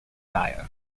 dire